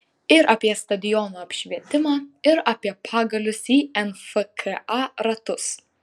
ir apie stadionų apšvietimą ir apie pagalius į nfka ratus